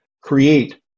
create